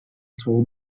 told